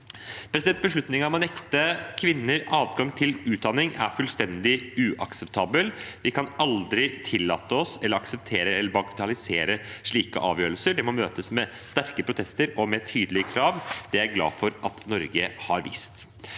katastrofe. Beslutningen om å nekte kvinner adgang til utdanning er fullstendig uakseptabel. Vi kan aldri tillate oss å akseptere eller bagatellisere slike avgjørelser. Det må møtes med sterke protester og med tydelige krav. Det er jeg glad for at Norge har vist.